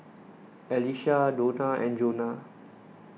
Alycia Dona and Jonah